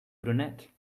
brunette